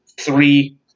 three